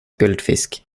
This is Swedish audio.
guldfisk